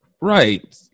Right